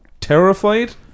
terrified